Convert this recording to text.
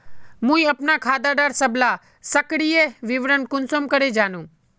मुई अपना खाता डार सबला सक्रिय विवरण कुंसम करे जानुम?